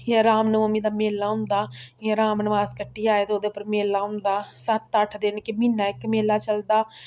जियां रामनौमीं दा मेला होंदा जियां राम वनवास कट्टियै आए ते ओह्दे उप्पर मेला होंदा सत्त अट्ठ दिन के म्हीना इक मेला चलदा